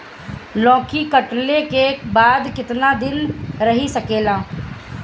लौकी कटले के बाद केतना दिन रही सकेला?